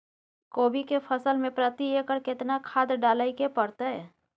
कोबी के फसल मे प्रति एकर केतना खाद डालय के परतय?